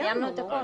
סיימנו את הכול.